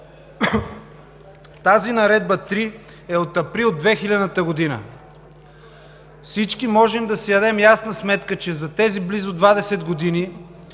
Тази Наредба № 3 е от месец април 2000 г. Всички можем да си дадем ясна сметка, че за тези близо 20 години,